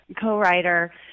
co-writer